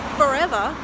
forever